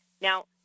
Now